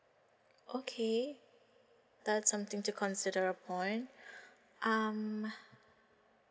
okay that's something to consider upon um